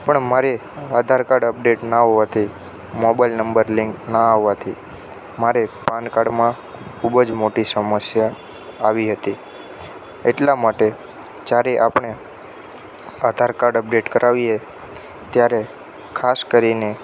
પણ મારે Aadhaar card update ના હોવાથી મોબાઈલ નંબર લિન્ક ના હોવાથી મારે પાન કાર્ડમાં ખુબ જ મોટી સમસ્યા આવી હતી એટલાં માટે જ્યારે આપણે આધાર કાર્ડ અપડેટ કરાવીએ ત્યારે ખાસ કરીને